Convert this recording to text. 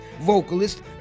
vocalist